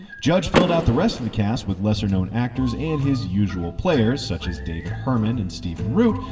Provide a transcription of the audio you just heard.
judge filled out the rest of the cast with lesser known actors and his usual players such as david herman and stephen root.